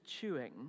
chewing